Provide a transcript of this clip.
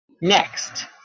Next